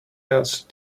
else